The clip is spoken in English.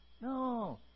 No